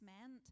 meant